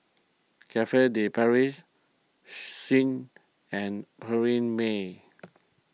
Cafe De Paris Schick and Perllini Mel